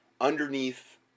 underneath